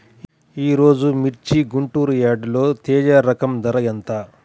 ఈరోజు మిర్చి గుంటూరు యార్డులో తేజ రకం ధర ఎంత?